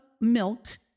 milk